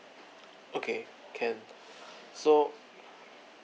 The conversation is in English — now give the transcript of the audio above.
okay can so